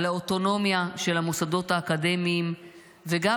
על האוטונומיה של המוסדות האקדמיים וגם